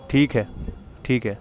ٹھیک ہے ٹھیک ہے